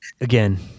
again